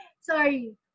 Sorry